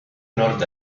nord